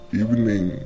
evening